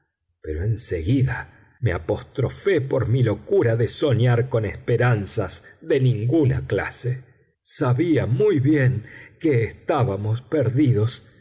pero en seguida me apostrofé por mi locura de soñar con esperanzas de ninguna clase sabía muy bien que estábamos perdidos